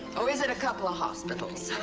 or is it a couple of hospitals?